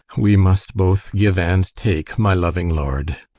we must both give and take, my loving lord.